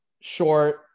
short